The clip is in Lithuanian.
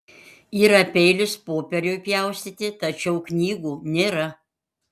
yra peilis popieriui pjaustyti tačiau knygų nėra